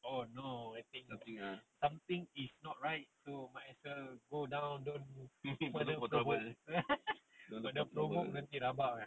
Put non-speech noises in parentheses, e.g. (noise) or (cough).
something ah (laughs) don't look for trouble